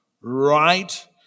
right